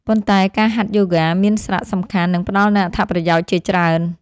ប៉ុន្តែការហាត់យូហ្គា មានសារៈសំខាន់ និងផ្ដល់នូវអត្ថប្រយោជន៍ជាច្រើន។